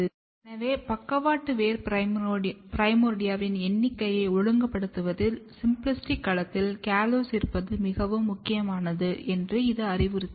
எனவே பக்கவாட்டு வேர் பிரைமோர்டியாவின் எண்ணிக்கையை ஒழுங்குபடுத்துவதில் சிம்பிளாஸ்டிக் களத்தில் காலோஸ் இருப்பது மிகவும் முக்கியமானது என்று இது அறிவுறுத்துகிறது